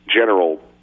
general